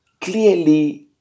Clearly